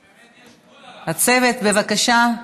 הצוות, בבקשה.